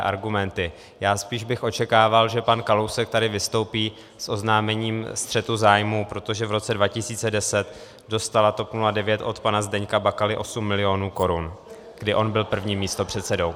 Já spíš bych očekával, že pan Kalousek tady vystoupí s oznámením střetu zájmů, protože v roce 2010 dostala TOP 09 od pana Zdeňka Bakaly 8 milionů korun, kdy on byl prvním místopředsedou.